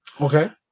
Okay